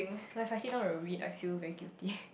like if I sit down and read I feel very guilty